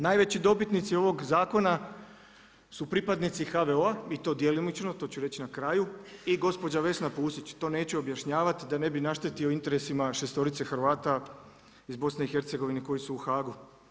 Najveći dobitnici ovog zakona su pripadnici HVO-a i to djelomično, to ću reći na kraju i gospođa Vesna Pusić, to neću objašnjavati da ne bih naštetio interesima 6.-orice Hrvata iz BiH-a koji su u Haagu.